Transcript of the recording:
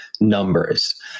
numbers